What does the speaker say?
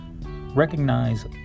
recognize